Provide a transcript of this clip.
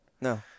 No